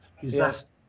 Disaster